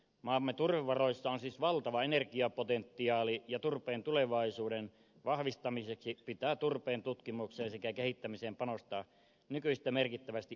maamme turvevaroissa on siis valtava energiapotentiaali ja turpeen tulevaisuuden vahvistamiseksi pitää turpeen tutkimukseen sekä kehittämiseen panostaa nykyistä merkittävästi enemmän